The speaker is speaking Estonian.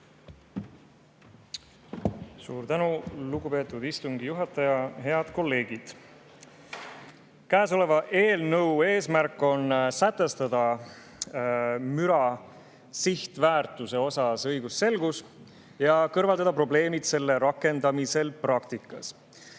Suur tänu, lugupeetud istungi juhataja! Head kolleegid! Käesoleva eelnõu eesmärk on [saavutada] müra sihtväärtuse osas õigusselgus ja kõrvaldada probleemid selle rakendamisel praktikas.